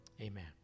Amen